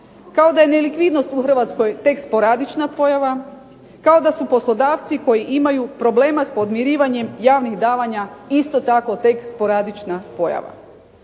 kao da je nelikvidnost u Hrvatskoj tek sporadična pojava, kao da su poslodavci koji imaju problema s podmirivanjem javnih davanja isto tako tek sporadična pojava.